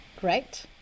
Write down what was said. great